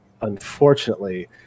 unfortunately